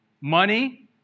Money